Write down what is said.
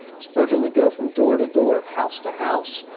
spurgeon would go from door to door, house to house,